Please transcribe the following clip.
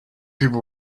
people